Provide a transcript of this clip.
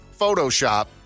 Photoshop